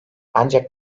ancak